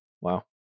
wow